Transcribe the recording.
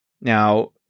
Now